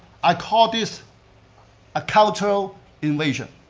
i call this a cultural invasion.